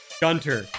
Gunter